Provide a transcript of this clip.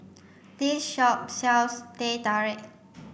this shop sells Teh Tarik